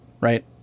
right